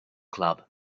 club